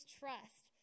trust